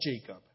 Jacob